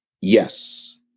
Yes